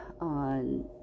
on